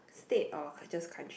state of I just crunch